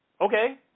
Okay